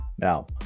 Now